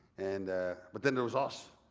and but then there was us,